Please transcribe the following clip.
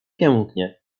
pięknie